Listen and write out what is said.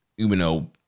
Umino